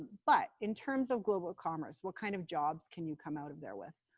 but in terms of global commerce, what kind of jobs can you come out of there with